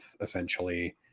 essentially